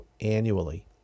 annually